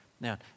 Now